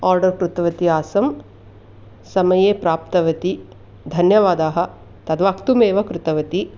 order कृतवती आसम् समये प्राप्तवती धन्यवादाः तद् वक्तुम् एव कृतवती